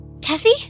Tessie